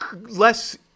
less